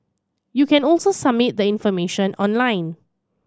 you can also submit the information online